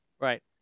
Right